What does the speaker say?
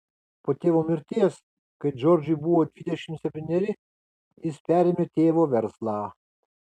po tėvo mirties kai džordžui buvo dvidešimt septyneri jis perėmė tėvo verslą